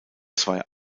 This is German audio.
zwei